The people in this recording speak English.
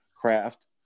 craft